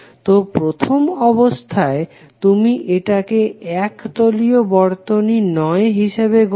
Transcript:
তো প্রথম অবস্থায় তুমি এটাকে এক তলীয় বর্তনী নয় হিসাবে গণ্য করবে